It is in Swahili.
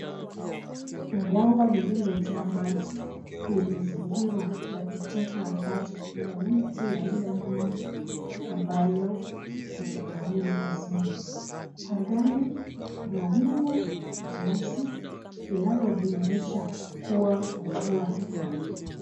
Bwawa lililojaa maji limezingirwa na kichaka ambacho kina miti aina nyingi ambayo imenawiri vizuri. Angani kuna wingu jeusi linalodhihirisha kuwa mvua ikaribu.